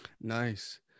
Nice